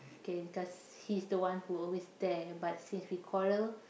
K because he's the one who always there but since we quarrel